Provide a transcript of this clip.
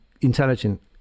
intelligent